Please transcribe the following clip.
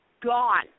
gone